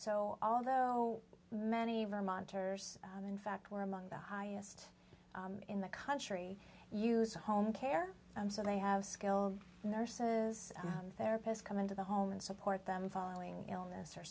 so although many vermonters in fact were among the highest in the country use home care so they have skilled nurses therapists come into the home and support them following illness or